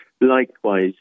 Likewise